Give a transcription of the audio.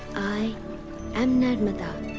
i am narmada,